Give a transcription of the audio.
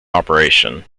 operation